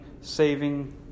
saving